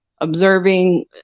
observing